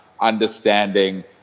understanding